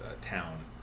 town